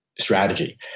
strategy